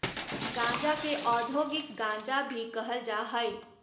गांजा के औद्योगिक गांजा भी कहल जा हइ